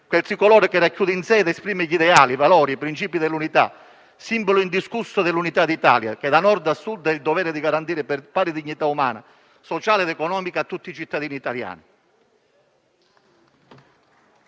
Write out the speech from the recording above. Quel tricolore che racchiude in sé ed esprime gli ideali, i valori e i principi dell'unità, simbolo indiscusso dell'Unità di Italia, che da Nord a Sud ha il dovere di garantire pari dignità umana, sociale ed economica a tutti i cittadini italiani.